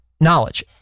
knowledge